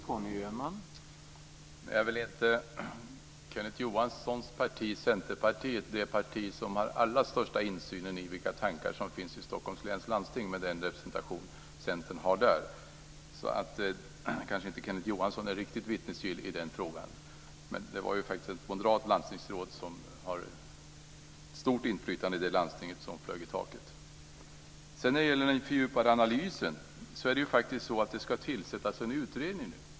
Herr talman! Kenneth Johanssons parti, Centerpartiet, är väl inte det parti som har den allra största insynen i vilka tankar som finns i Stockholms läns landsting, med den representation Centern har där. Kenneth Johansson är kanske inte vittnesgill i den frågan. Det var ett moderat landstingsråd som har stort inflytande i det landstinget som flög i taket. När det gäller den fördjupade analysen ska det nu tillsättas en utredning.